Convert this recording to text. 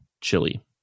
chili